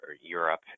Europe